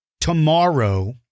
Tomorrow